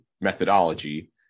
methodology